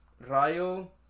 Rayo